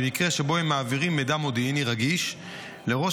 במקרה שבו הם מעבירים מידע מודיעיני רגיש לראש